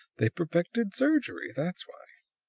they've perfected surgery, that's why!